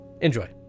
Enjoy